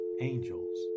angels